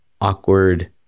awkward